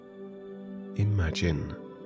imagine